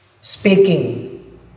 speaking